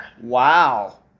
Wow